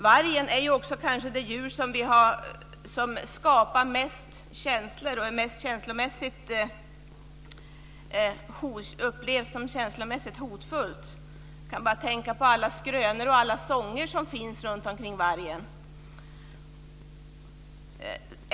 Vargen är kanske det djur som skapar mest känslor och känslomässigt upplevs som mest hotfullt. Jag tänker på alla skrönor och alla sånger som finns om vargen.